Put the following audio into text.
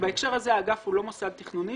בהקשר הזה האגף הוא לא מוסד תכנוני